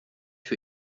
für